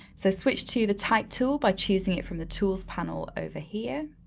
so switch to the type tool by choosing it from the tools panel over here,